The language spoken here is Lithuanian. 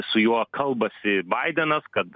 su juo kalbasi baidenas kad